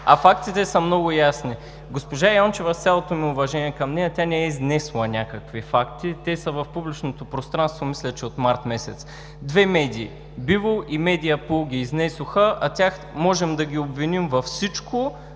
а фактите са много ясни. Госпожа Йончева, с цялото ми уважение към нея, не е изнесла някакви факти. Те са в публичното пространство, мисля, че от март месец. Две медии – „Бивол“ и „Медиапул“, ги изнесоха, а тях можем да ги обвиним във всичко,